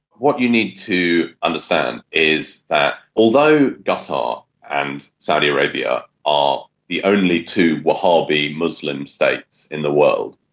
what you need to understand is that although qatar and saudi arabia are the only two wahhabi muslim states in the world,